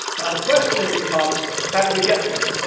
now, the question becomes, how do we get there?